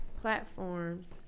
platforms